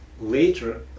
later